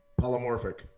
Polymorphic